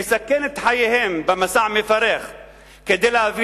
לסכן את חייהם במסע המפרך כדי להביא